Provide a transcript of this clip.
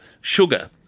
sugar